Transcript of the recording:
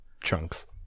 chunks